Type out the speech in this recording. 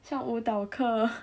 像舞蹈课